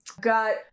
got